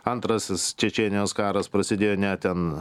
antrasis čečėnijos karas prasidėjo ne ten